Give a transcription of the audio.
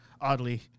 oddly